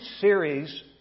series